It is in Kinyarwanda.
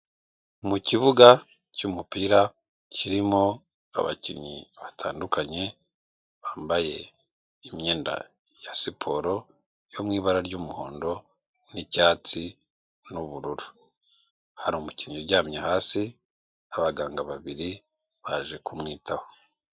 Mu kibuga cy'umupira kirimo abakinnyi batandukanye bambaye imyenda ya siporo yo mu ibara ry'umuhondo n'icyatsi n'ubururu, hari umukinnyi uryamye hasi abaganga babiri baje kumwitaho.